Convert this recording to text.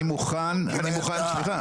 אני מוכן --- אני יודע שאתה,